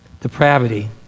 depravity